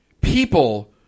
People